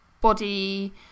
body